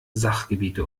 sachgebiete